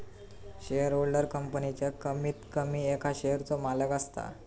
shareholder कंपनीच्या कमीत कमी एका शेयरचो मालक असता